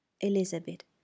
Elizabeth